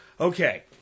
Okay